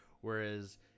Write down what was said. Whereas